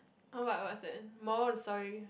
oh what what's that moral of the story